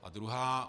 A druhá.